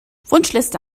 wunschliste